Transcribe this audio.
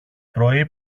πρωί